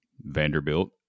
Vanderbilt